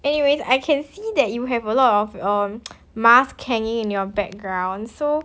anyways I can see that you have a lot of um mask hanging in your background so